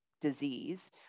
disease